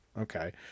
okay